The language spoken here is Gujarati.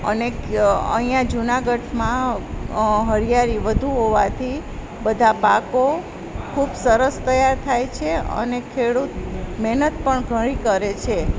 અને અહીંયા જુનાગઢમાં હરિયાળી વધુ હોવાથી બધા પાકો ખૂબ સરસ તૈયાર થાય છે અને ખેડૂત મહેનત પણ ઘણી કરે છે